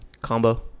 Combo